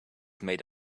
made